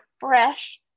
fresh